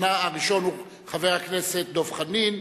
הראשון הוא חבר הכנסת דב חנין,